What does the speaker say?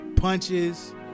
punches